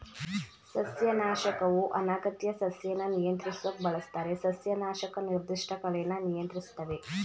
ಸಸ್ಯನಾಶಕವು ಅನಗತ್ಯ ಸಸ್ಯನ ನಿಯಂತ್ರಿಸೋಕ್ ಬಳಸ್ತಾರೆ ಸಸ್ಯನಾಶಕ ನಿರ್ದಿಷ್ಟ ಕಳೆನ ನಿಯಂತ್ರಿಸ್ತವೆ